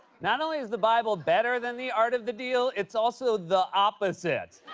not only is the bible better than the art of the deal, it's also the opposite.